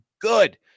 good